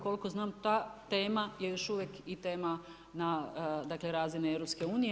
Koliko znam ta tema je još uvijek i tema na, dakle razini EU.